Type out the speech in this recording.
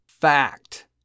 Fact